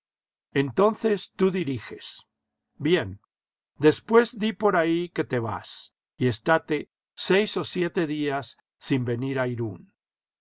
entonces tú diriges bien después di por ahí que te vas y estáte seis o siete días sin venir a irún